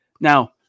Now